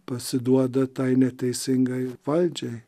pasiduoda tai neteisingai valdžiai